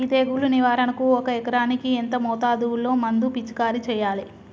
ఈ తెగులు నివారణకు ఒక ఎకరానికి ఎంత మోతాదులో మందు పిచికారీ చెయ్యాలే?